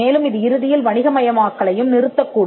மேலும் இது இறுதியில் வணிகமயமாக்கலையும் நிறுத்தக் கூடும்